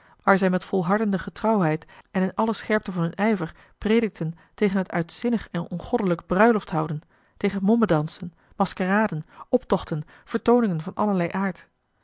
waar zij met volhardende getrouwheid en in alle scherpte van hun ijver predikten tegen het uitzinnig en ongoddelijk bruilofthouden tegen mommedansen maskeraden optochten vertooningen van allerlei aard